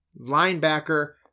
linebacker